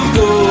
go